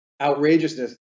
outrageousness